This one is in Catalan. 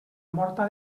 morta